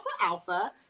alpha